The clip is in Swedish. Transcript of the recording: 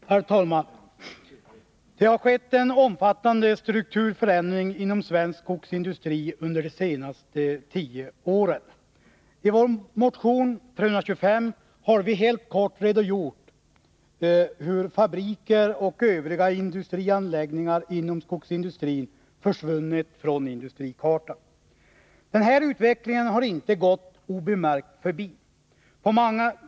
Herr talman! Det har skett en omfattande strukturförändring inom svensk skogsindustri under de senaste tio åren. I vår motion 325 har vi helt kortfattat redogjort för hur fabriker och övriga industrianläggningar inom skogsindustrin har försvunnit från industrikartan. Den här utvecklingen har inte gått obemärkt förbi.